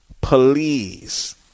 Please